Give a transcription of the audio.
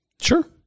Sure